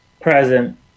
Present